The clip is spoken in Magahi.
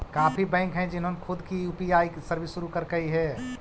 काफी बैंक हैं जिन्होंने खुद की यू.पी.आई सर्विस शुरू करकई हे